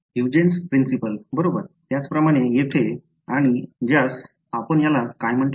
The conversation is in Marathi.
ह्यूजेन्सचे सिद्धांत आहे त्याचप्रकारे येथे आणि ज्यास आपण याला काय म्हटले